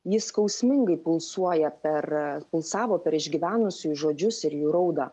ji skausmingai pulsuoja per pulsavo per išgyvenusiųjų žodžius ir jų raudą